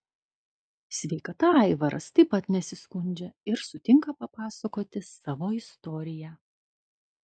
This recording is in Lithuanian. sveikata aivaras taip pat nesiskundžia ir sutinka papasakoti savo istoriją